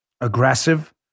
aggressive